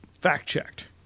fact-checked